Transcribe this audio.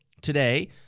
today